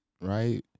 right